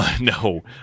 No